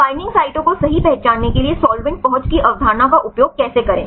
तो बाइंडिंग साइटों को सही पहचानने के लिए साल्वेंट पहुंच की अवधारणा का उपयोग कैसे करें